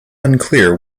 unclear